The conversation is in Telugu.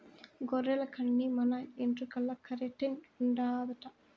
గొర్రెల కన్ని మన ఎంట్రుకల్ల కెరటిన్ ఉండాదట